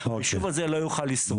היישוב הזה לא יוכל לשרוד.